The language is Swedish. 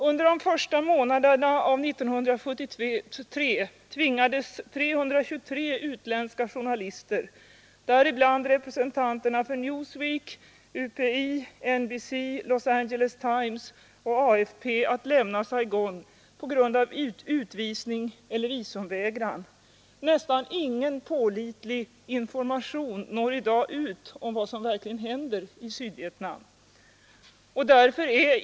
Under de första månaderna av 1973 tvingades 323 utländska journalister, däribland representanterna för Newsweek, UPI, NBC, Los Angeles Times och AFP, att lämna Saigon på grund av utvisning eller visumvägran. Nästan ingen pålitlig information når i dag ut om vad som verkligen händer i Sydvietnam.